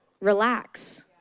relax